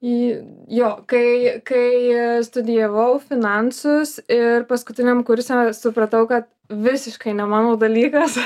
į jo kai kai studijavau finansus ir paskutiniam kurse supratau kad visiškai ne mano dalykas